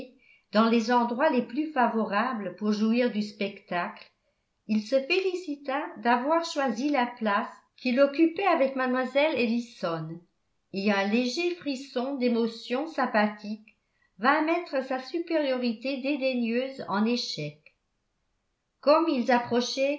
dans les endroits les plus favorables pour jouir du spectacle il se félicita d'avoir choisi la place qu'il occupait avec mlle ellison et un léger frisson d'émotion sympathique vint mettre sa supériorité dédaigneuse en échec comme ils approchaient